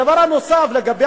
הדבר הנוסף, לגבי